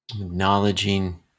acknowledging